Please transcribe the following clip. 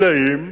אלא אם,